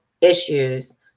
issues